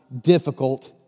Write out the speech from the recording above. difficult